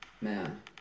Man